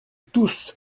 tousse